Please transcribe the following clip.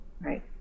Right